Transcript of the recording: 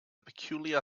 peculiar